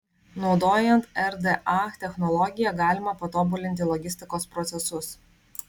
naudojant rda technologiją galima patobulinti logistikos procesus